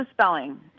spelling